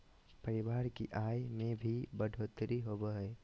परिवार की आय में भी बढ़ोतरी होबो हइ